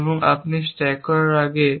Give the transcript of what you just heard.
এবং আপনি স্ট্যাক করার আগে